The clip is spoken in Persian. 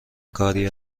کاری